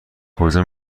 کجا